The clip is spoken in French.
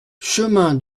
chemin